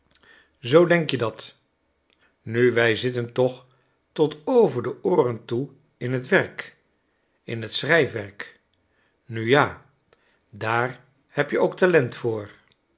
zoo denk je dat nu wij zitten toch tot over de ooren toe in het werk in t schrijfwerk nu ja daar heb je ook talent voor